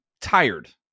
tired